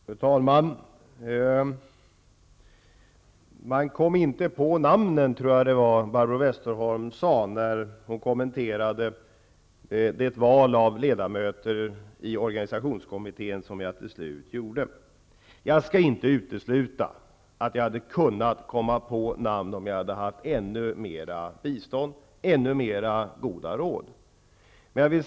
Fru talman! Man kom inte på namnen, sade Barbro Westerholm när hon kommenterade det val av ledamöter i organisationskommittén som jag till slut gjorde. Jag skall inte utesluta att jag hade kunnat komma på namn om jag hade haft ännu mera bistånd, ännu mera goda råd.